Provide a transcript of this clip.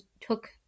took